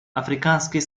африканский